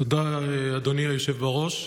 תודה, אדוני היושב בראש.